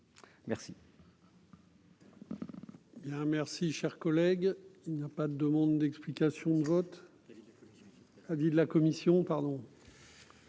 Merci,